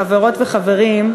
חברות וחברים,